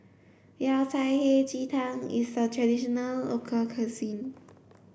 Yao Cai Hei Ji Tang is a traditional local cuisine